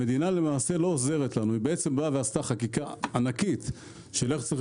המדינה עשתה חקיקה ענקית של איך צריך